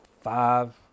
five